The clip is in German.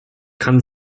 kann